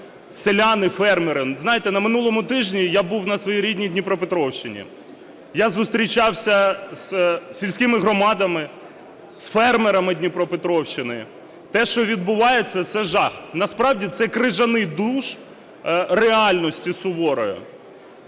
селяни, фермери. Знаєте, на минулому тижні я був на своїй рідній Дніпропетровщині. Я зустрічався з сільськими громадами, з фермерами Дніпропетровщини. Те, що відбувається, це жах. Насправді це крижаний душ реальності суворої.